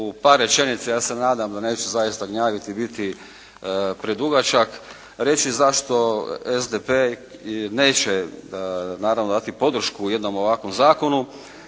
par rečenica, ja se nadam da neću zaista gnjaviti i biti predugačak reći zašto SDP neće, naravno dati podršku jednom ovakvom zakonu.